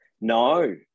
No